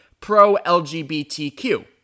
pro-LGBTQ